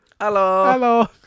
Hello